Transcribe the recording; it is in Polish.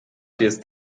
jest